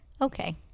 Okay